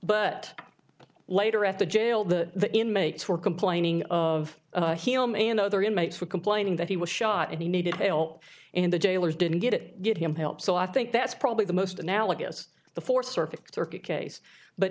but later at the jail the inmates were complaining of and other inmates were complaining that he was shot and he needed help and the jailers didn't get it get him help so i think that's probably the most analogous the four circuit circuit case but